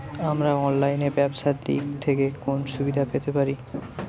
আমরা অনলাইনে ব্যবসার দিক থেকে কোন সুবিধা পেতে পারি?